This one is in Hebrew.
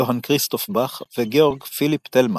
יוהאן כריסטוף באך וגאורג פיליפ טלמן.